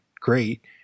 great